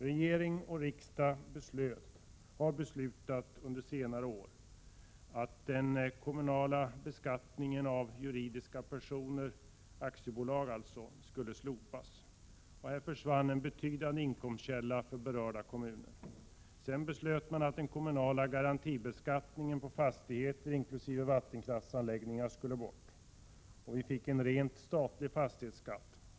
Regering och riksdag har under senare år beslutat att den kommunala beskattningen av juridiska personer, aktiebolag alltså, skulle slopas. Här försvann en betydande inkomstkälla för berörda kommuner. Sedan beslöt man att den kommunala garantibeskattningen på fastigheter inkl. vatten kraftsanläggningar skulle bort. Vi fick en rent statlig fastighetsskatt.